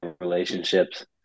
relationships